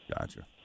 Gotcha